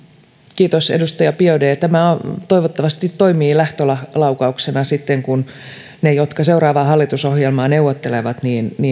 kiitos edustaja biaudet tämä toivottavasti toimii lähtölaukauksena sitten kun ne jotka seuraavaa hallitusohjelmaa neuvottelevat